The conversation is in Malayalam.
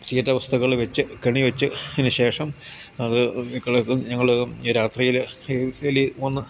തീറ്റ വസ്തുക്കൾ വെച്ച് കെണിവെച്ച് അതിനുശേഷം അത് ഞങ്ങൾ ഈ രാത്രിയിൽ എലി വന്ന്